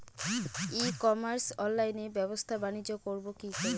ই commerce অনলাইনে ব্যবসা বানিজ্য করব কি করে?